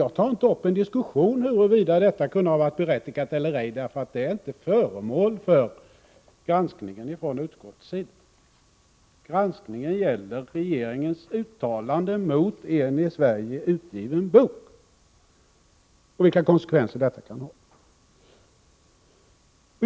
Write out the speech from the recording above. Jag tar inte upp någon diskussion om huruvida det kan ha varit berättigat eller ej, eftersom detta förhållande inte varit föremål för granskning från utskottets sida. Granskningen gäller regeringens uttalande mot en i Sverige utgiven bok och vilka konsekvenser detta kan få.